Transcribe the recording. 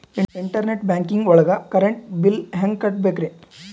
Internet banking ಒಳಗ್ current bill ಹೆಂಗ್ ಕಟ್ಟ್ ಬೇಕ್ರಿ?